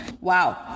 wow